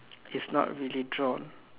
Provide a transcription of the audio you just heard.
it's not really drawn